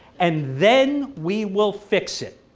and then we will fix it.